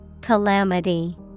Calamity